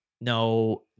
No